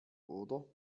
oder